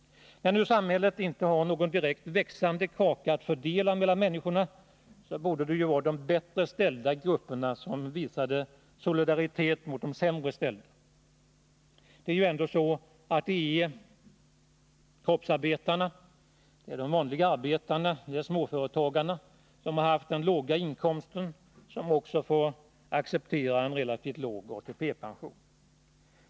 När nu samhället inte har någon direkt växande kaka att fördela mellan människorna borde det vara de bättre ställda grupperna som visade solidaritet mot de sämre ställda. Det är ju ändå kroppsarbetarna som haft de låga inkomsterna — de vanliga arbetarna och småföretagarna — som också får acceptera en relativt låg ATP-pension.